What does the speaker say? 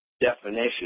definition